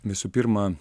visų pirma